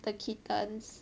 the kittens